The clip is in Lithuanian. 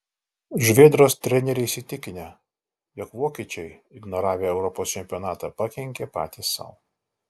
žuvėdros treneriai įsitikinę jog vokiečiai ignoravę europos čempionatą pakenkė patys sau